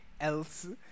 else